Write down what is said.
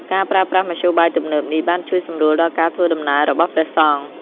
ការប្រើប្រាស់មធ្យោបាយទំនើបនេះ បានជួយសម្រួលដល់ការធ្វើដំណើររបស់ព្រះសង្ឃ។